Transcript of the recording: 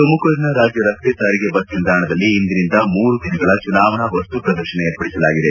ತುಮಕೂರಿನ ರಾಜ್ಯ ರಸ್ತೆ ಸಾರಿಗೆ ಬಸ್ ನಿಲ್ದಾಣದಲ್ಲಿ ಇಂದಿನಿಂದ ಮೂರು ದಿನಗಳ ಚುನಾವಣಾ ವಸ್ತುಪ್ರದರ್ಶನ ಏರ್ಪಡಿಸಲಾಗಿದೆ